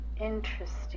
Interesting